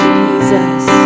Jesus